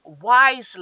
wisely